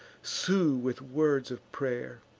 sue with words of pray'r.